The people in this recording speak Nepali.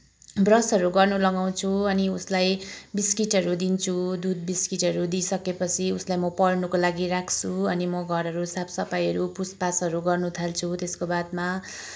ब्रसहरू गर्न लगाउँछु अनि उसलाई बिस्किटहरू दिन्छु दुध बिस्किटहरू दिइसकेपछि उसलाई म पढ्नको लागि राख्छु अनि म घरहरू साफ सफाईहरू पुछ पाछहरू गर्न थाल्छु त्यसको बादमा